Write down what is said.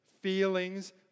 feelings